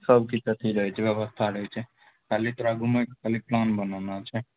सब किछु अथी रहय छै व्यवस्था रहय छै खाली तोरा घुमयके खाली प्लान बनाना छै